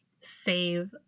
save